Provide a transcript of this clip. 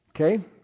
Okay